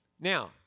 Now